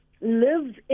lives